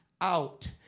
out